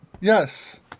Yes